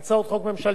20 אישיות,